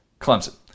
Clemson